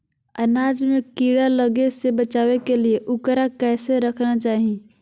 अनाज में कीड़ा लगे से बचावे के लिए, उकरा कैसे रखना चाही?